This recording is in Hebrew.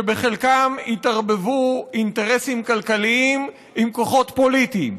שבחלקם התערבבו אינטרסים כלכליים עם כוחות פוליטיים,